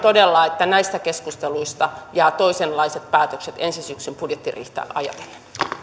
todella että näistä keskusteluista jäävät itämään toisenlaiset päätökset ensi syksyn budjettiriihtä ajatellen